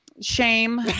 Shame